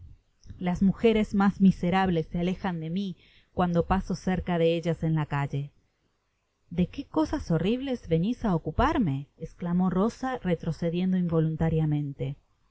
las mujeres más miserables se alejan de ni cuando paso cerca de ellas en la calle be que cosas horribles venís á ocuparme esclamó rosa retrocediendo involuntariamente